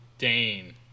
Dane